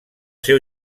seu